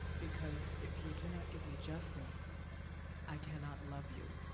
because if you do not give me justice i cannot love you.